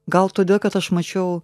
gal todėl kad aš mačiau